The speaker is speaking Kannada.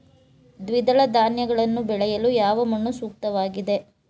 ದ್ವಿದಳ ಧಾನ್ಯಗಳನ್ನು ಬೆಳೆಯಲು ಯಾವ ಮಣ್ಣು ಸೂಕ್ತವಾಗಿದೆ?